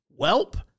Welp